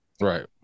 right